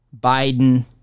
Biden